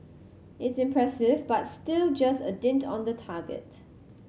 it's impressive but still just a dint on the target